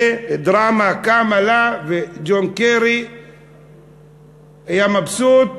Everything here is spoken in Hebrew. דרמה קמה לה וג'ון קרי היה מבסוט,